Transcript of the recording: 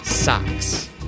socks